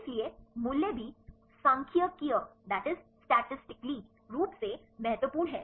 इसलिए मूल्य भी सांख्यिकीय रूप से महत्वपूर्ण हैं